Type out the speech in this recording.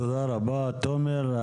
תודה רבה תומר.